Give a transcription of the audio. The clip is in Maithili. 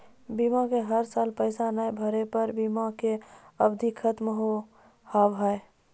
बीमा के हर साल पैसा ना भरे पर बीमा के अवधि खत्म हो हाव हाय?